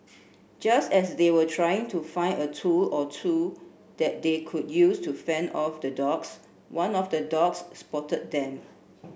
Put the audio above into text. just as they were trying to find a tool or two that they could use to fend off the dogs one of the dogs spotted them